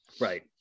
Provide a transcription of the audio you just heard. Right